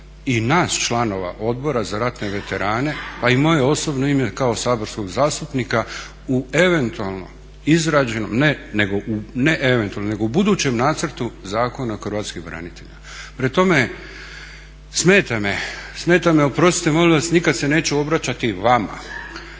i nas članova Odbora za ratne veterane pa i moje osobno ime kao saborskog zastupnika u eventualno izrađenom, ne eventualno nego u budućem nacrta Zakona hrvatskih branitelja. Prema tome, smeta me, oprostite molim vas, nikad se neću obraćati vama